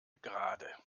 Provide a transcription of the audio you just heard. gerade